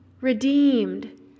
redeemed